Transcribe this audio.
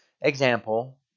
Example